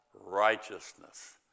righteousness